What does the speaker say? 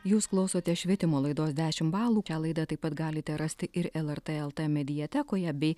jūs klausote švietimo laidos dešim balų šią laidą taip pat galite rasti ir lrt lt mediatekoje